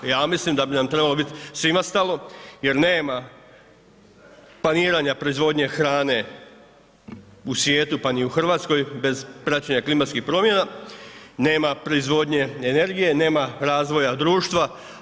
Ja mislim da bi nam trebalo biti svima stalo jer nema planiranja proizvodnje hrane u svijetu pa ni u Hrvatskoj bez praćenja klimatskih promjena, nema proizvodnje energije, nema razvoja društva.